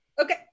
Okay